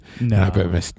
No